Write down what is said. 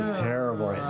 terrible.